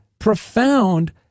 profound